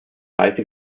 seite